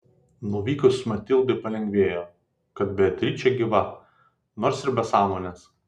nuvykus matildai palengvėjo kad beatričė gyva nors ir be sąmonės